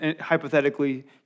hypothetically